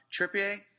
Trippier